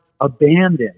abandoned